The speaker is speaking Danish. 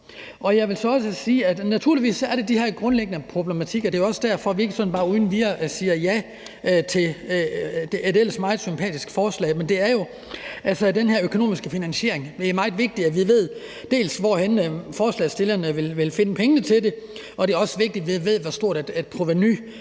Jeg vil naturligvis også sige, at der er de her grundlæggende problematikker – og det er jo også derfor, vi ikke sådan bare uden videre siger ja til et ellers meget sympatisk forslag – altså den her økonomiske finansiering. Det er meget vigtigt, at vi ved, hvorhenne forslagsstillerne vil finde pengene til det, og det er også vigtigt, at vi ved, hvor stort et provenutab